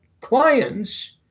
clients